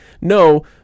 No